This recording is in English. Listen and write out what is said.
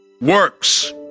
works